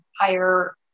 higher